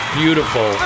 beautiful